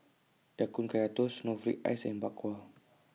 Ya Kun Kaya Toast Snowflake Ice and Bak Kwa